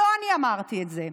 לא אני אמרתי את זה.